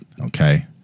okay